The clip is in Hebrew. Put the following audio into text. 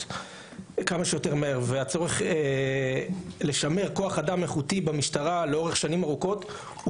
כמה שיותר מהר ולשמר כוח אדם איכותי במשטרה לאורך שנים ארוכות,